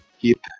keep